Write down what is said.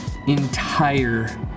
Entire